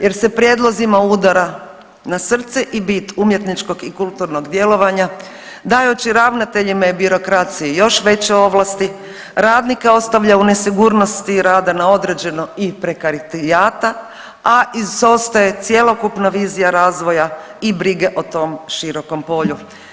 Jer se prijedlozima udara na srce i bit umjetničkog i kulturnog djelovanja dajući ravnateljima i birokraciji još veće ovlasti, radnike ostavlja u nesigurnosti rada na određeno i prekarijata, a izostaje cjelokupna vizija razvoja i brige o tom širokom polju.